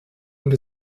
und